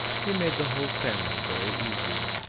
he made the whole family very easy,